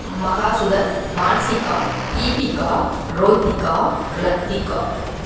Mahasudhan Mansika Deepika Rothika Lathika